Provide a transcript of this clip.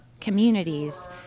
communities